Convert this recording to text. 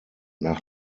nach